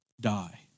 die